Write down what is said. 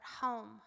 home